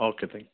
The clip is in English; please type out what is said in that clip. okay thank you